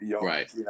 Right